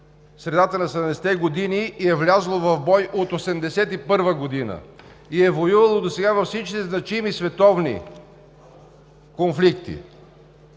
средата на 70-те години, и е влязло в бой от 1981 г., и е воювало досега във всички значими световни конфликти,